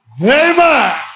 Amen